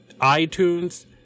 iTunes